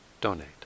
donate